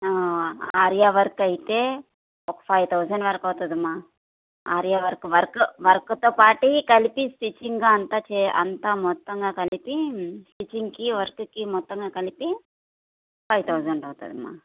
Arya work అయితే ఒక five thousand వరకు అవుతుంది అమా ఆర్య వర్క్ వర్క్ వర్క్తో పాటు కలిపి స్టిచ్చింగ్ అంతా చే అంతా మొత్తంగా కలిపి స్టిచ్చింగ్కి వర్క్కి మొత్తంగా కలిపి ఫైవ్ థౌజండ్ అవుతుందమ్మా